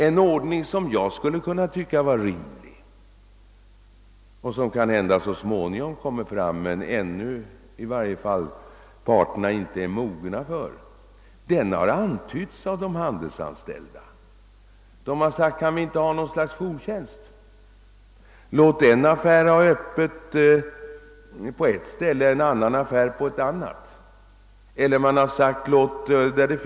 En ordning, som jag kan anse vara rimlig och som kanske så småningom kommer men som parterna ännu inte tycks vara mogna för, har antytts av de handelsanställda, som har undrat om det inte kunde ordnas ett slags jourtjänst så att en affär hade öppet på ett ställe och en annan affär på ett annat ställe.